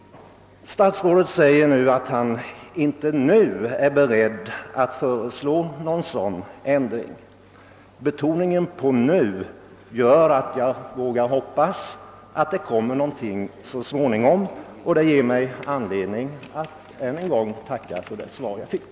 Statsrådet säger i svaret att han inte nu är beredd att förorda en omprövning av principerna, och betoningen på ordet nu gör att jag vågar hoppas att ett förslag så småningom kommer att presenteras. Detta ger mig anledning att än en gång tacka för det svar jag fått.